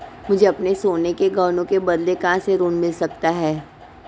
मुझे अपने सोने के गहनों के बदले कहां से ऋण मिल सकता है?